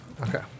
Okay